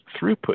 throughput